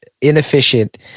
inefficient